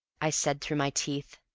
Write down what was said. i said, through my teeth.